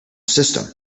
system